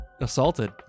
assaulted